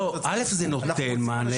לא, א׳- זה נותן מענה.